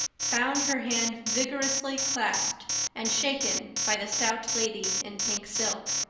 found her hand vigorously clasped and shaken by the stout lady in pink silk.